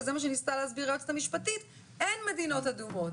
וזה מה שניסתה להסביר היועצת המשפטית אין מדינות אדומות.